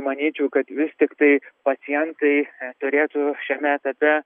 manyčiau kad vis tiktai pacientai turėtų šiame etape